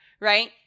right